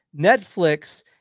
Netflix